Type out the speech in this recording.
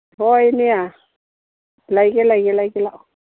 ꯍꯣꯏꯅꯦ ꯂꯩꯒꯦ ꯂꯩꯒꯦ ꯂꯩꯒꯦ ꯂꯥꯛꯑꯣ